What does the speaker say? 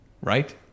Right